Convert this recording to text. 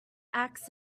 axe